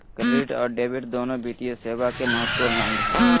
credit और debit दोनो वित्तीय सेवा के महत्त्वपूर्ण अंग हय